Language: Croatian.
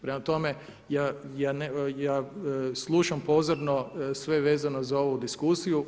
Prema tome, ja slušam pozorno sve vezano za ovu diskusiju.